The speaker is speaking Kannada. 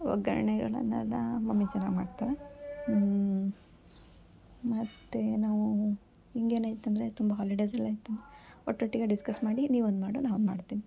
ಒಗ್ಗರಣೆಗಳನ್ನೆಲ್ಲ ಮಮ್ಮಿ ಚೆನ್ನಾಗಿ ಮಾಡ್ತಾರೆ ಮತ್ತೇನು ಹಿಂಗೇನು ಆಯ್ತು ಅಂದರೆ ತುಂಬ ಹಾಲಿಡೇಸ್ ಎಲ್ಲ ಇತ್ತು ಒಟ್ಟೊಟ್ಟಿಗೆ ಡಿಸ್ಕಸ್ ಮಾಡಿ ನೀ ಒಂದು ಮಾಡು ನಾ ಒಂದು ಮಾಡ್ತೀನಿ